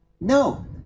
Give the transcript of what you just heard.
No